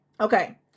Okay